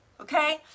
Okay